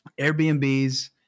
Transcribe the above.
Airbnbs